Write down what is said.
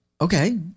Okay